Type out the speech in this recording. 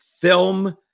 film